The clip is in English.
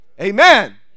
amen